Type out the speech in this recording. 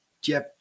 jeff